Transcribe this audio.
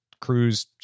cruise